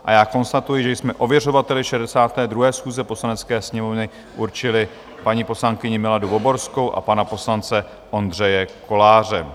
A já konstatuji, že jsme ověřovateli 62. schůze Poslanecké sněmovny určili paní poslankyni Miladu Voborskou a pana poslance Ondřeje Koláře.